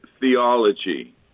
theology